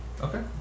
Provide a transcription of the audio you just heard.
okay